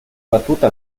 battuta